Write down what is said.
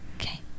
Okay